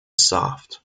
soft